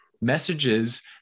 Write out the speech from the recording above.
messages